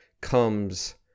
comes